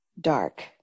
dark